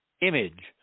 image